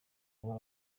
kuba